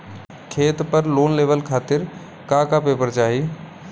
खेत पर लोन लेवल खातिर का का पेपर चाही?